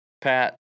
pat